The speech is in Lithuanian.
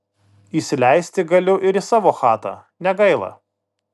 įsileisti galiu ir į savo chatą negaila